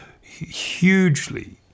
hugely